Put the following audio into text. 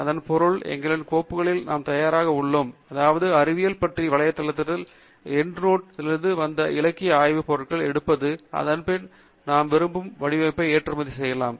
இதன் பொருள் எங்களின் கோப்புறையில் நாம் தயாராக உள்ளோம் அதாவது அறிவியல் பற்றிய வலைத்தளத்திலிருந்து எண்டு ஆப் நோட் லிருந்து வந்த இலக்கிய ஆய்வுப் பொருட்களை எடுப்பது அதன் பின் நாம் விரும்பும் வடிவமைப்பில் ஏற்றுமதி செய்யலாம்